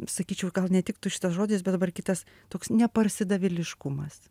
sakyčiau gal netiktų šitas žodis bet dabar kitas toks ne parsidavėliškumas